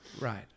right